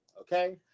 Okay